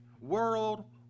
world